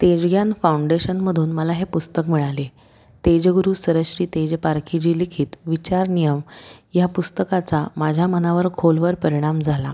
तेजग्यान फाउंडेशनमधून मला हे पुस्तक मिळाले तेजगुरू सरश्री तेजपारखीजी लिखित विचार नियम ह्या पुस्तकाचा माझ्या मनावर खोलवर परिणाम झाला